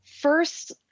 first